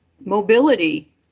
mobility